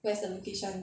where's the location